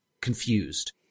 confused